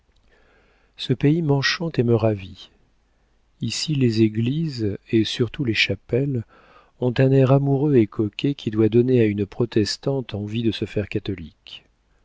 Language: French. ce pays m'enchante et me ravit ici les églises et surtout les chapelles ont un air amoureux et coquet qui doit donner à une protestante envie de se faire catholique